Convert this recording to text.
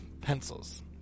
pencils